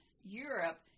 Europe